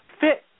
fit